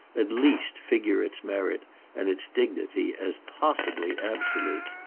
at least figure its merit and its dignity as possibly absolute.